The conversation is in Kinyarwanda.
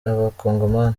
abakongomani